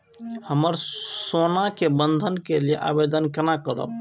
हम सोना के बंधन के लियै आवेदन केना करब?